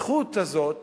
הזכות הזאת